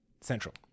Central